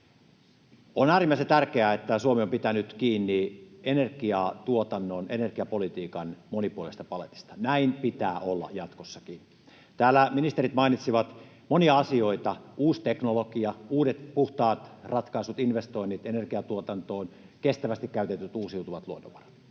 On äärimmäisen tärkeää, että Suomi on pitänyt kiinni energiatuotannon, energiapolitiikan monipuolisesta paletista. Näin pitää olla jatkossakin. Täällä ministerit mainitsivat monia asioita: uusi teknologia, uudet puhtaat ratkaisut, investoinnit energiantuotantoon, kestävästi käytetyt uusiutuvat luonnonvarat.